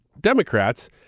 Democrats